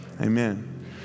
amen